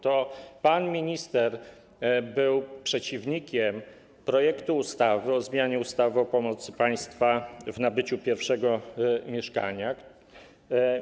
To pan minister był przeciwnikiem projektu ustawy o zmianie ustawy o pomocy państwa w nabyciu pierwszego mieszkania przez młodych ludzi.